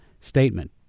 statement